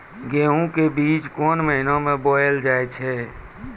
गेहूँ के बीच कोन महीन मे बोएल जाए?